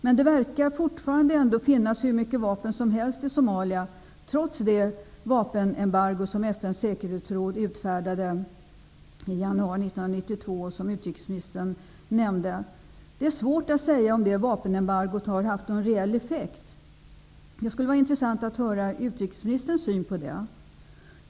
Men det verkar fortfarande ändå finnas hur mycket vapen som helst i Somalia, trots det vapenembargo som FN:s säkerhetsråd utfärdade i januari 1992 och som utrikesministern nämnde. Det är svårt att säga om det vapenembargot har haft någon reell effekt. Det skulle vara intressant att få veta hur utrikesministern ser på det.